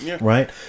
right